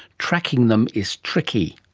tracking them is tricky.